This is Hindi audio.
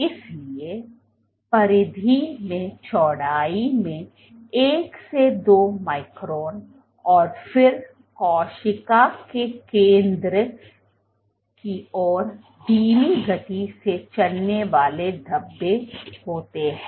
इसलिए परिधि में चौड़ाई में एक से दो माइक्रोन और फिर कोशिका के केंद्र की ओर धीमी गति से चलने वाले धब्बे होते हैं